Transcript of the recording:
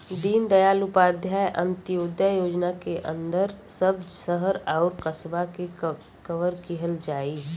दीनदयाल उपाध्याय अंत्योदय योजना के अंदर सब शहर आउर कस्बा के कवर किहल जाई